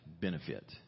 benefit